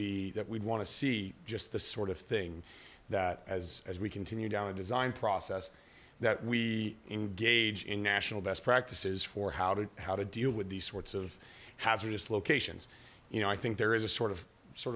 be that we want to see just the sort of thing that as as we continue down the design process that we engage in national best practices for how to how to deal with these sorts of hazardous locations you know i think there is a sort of sort